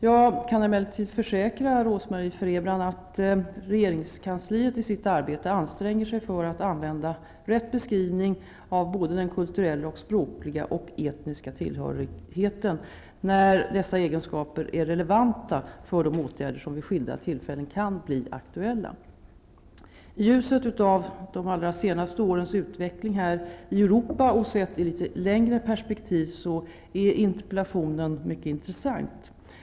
Jag kan emellertid försäkra Rose-Marie Frebran att regeringskansliet i sitt arbete anstränger sig för att använda rätt beskrivning av både den kulturella, språkliga och etniska tillhörigheten när dessa egenskaper är relevanta för de åtgärder som vid skilda tillfällen kan bli aktuella. I ljuset av de allra senaste årens utveckling här i Europa och sett i ett litet längre perspektiv är interpellationen mycket intressant.